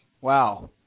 wow